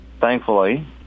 Thankfully